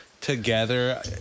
Together